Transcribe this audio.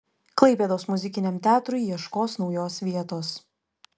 klaipėdos muzikiniam teatrui ieškos naujos vietos